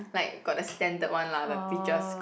like got the standard one lah the teachers